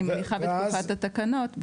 אני מניחה בתקופת התקנות --- ואז?